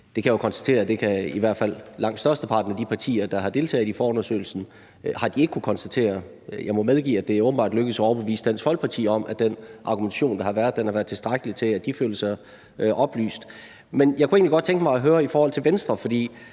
Det kan jeg jo konstatere at i hvert fald langt størsteparten af de partier, der har deltaget i forundersøgelsen, ikke har kunnet konstatere. Jeg må medgive, at det åbenbart er lykkedes at overbevise Dansk Folkeparti om, at den argumentation, der har været, har været tilstrækkelig til, at de følte sig oplyst. Men jeg kunne egentlig godt tænke mig at høre Venstre om